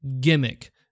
gimmick